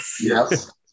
Yes